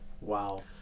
Wow